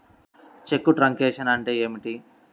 చెక్కు truncation అంటే ఏమిటి?